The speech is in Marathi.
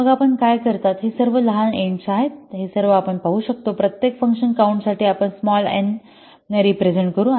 मग आपण काय करता हे सर्व लहान एंड्स आहेत हे सर्व आपण पाहू शकतो प्रत्येक फंकशन काउन्ट साठी आपण स्मॉल एन ने रिप्रेझेन्ट करू